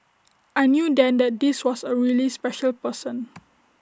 I knew then that this was A really special person